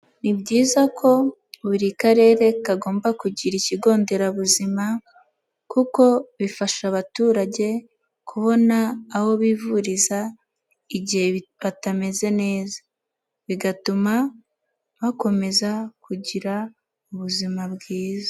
Ni byiza ko buri karere kagomba kugira ikigo nderabuzima, kuko bifasha abaturage kubona aho bivuriza igihe batameze neza, bigatuma bakomeza kugira ubuzima bwiza.